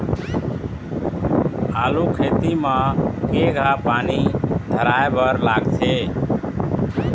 आलू खेती म केघा पानी धराए बर लागथे?